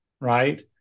Right